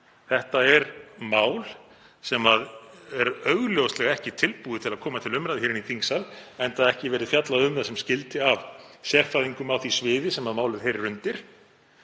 Þetta er mál sem er augljóslega ekki tilbúið til að koma til umræðu í þingsal, enda hefur ekki verið fjallað um það sem skyldi af sérfræðingum á því sviði sem málið heyrir undir.